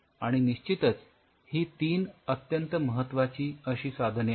आणि निश्चितच ही तीन अत्यंत महत्वाची अशी साधने आहेत